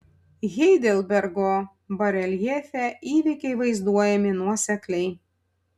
heidelbergo bareljefe įvykiai vaizduojami nuosekliai